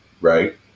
Right